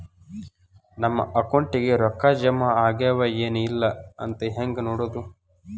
ನಮ್ಮ ಅಕೌಂಟಿಗೆ ರೊಕ್ಕ ಜಮಾ ಆಗ್ಯಾವ ಏನ್ ಇಲ್ಲ ಅಂತ ಹೆಂಗ್ ನೋಡೋದು?